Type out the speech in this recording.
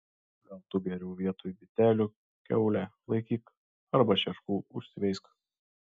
gal tu geriau vietoj bitelių kiaulę laikyk arba šeškų užsiveisk